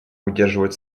удерживают